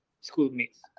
schoolmates